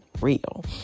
real